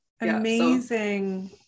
Amazing